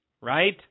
right